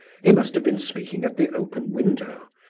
he must have been speaking at the open window,